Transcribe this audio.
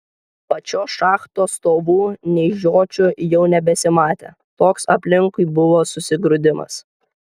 pačios šachtos stovų nei žiočių jau nebesimatė toks aplinkui buvo susigrūdimas